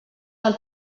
del